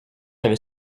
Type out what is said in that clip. avait